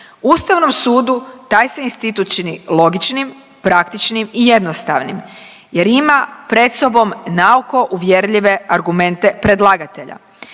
Ustavnom sudu taj se institut čini logičnim, praktičnim i jednostavnim jer ima pred sobom naoko uvjerljive argumente predlagatelja.